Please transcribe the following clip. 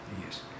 Yes